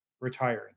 Retiring